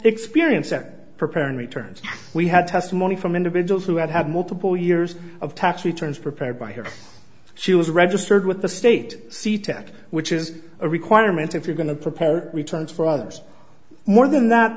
experienced at preparing returns we had testimony from individuals who had had multiple years of tax returns prepared by her she was registered with the state sea tac which is a requirement if you're going to prepare returns for others more than that